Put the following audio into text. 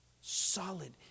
Solid